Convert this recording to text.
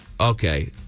Okay